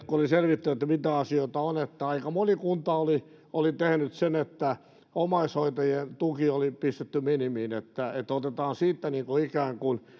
kun virkamies oli selvittänyt mitä asioita on että aika moni kunta oli oli tehnyt sen että omaishoitajien tuki oli pistetty minimiin että otetaan siitä ikään kuin